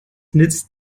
nützt